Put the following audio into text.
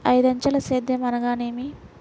ఐదంచెల సేద్యం అనగా నేమి?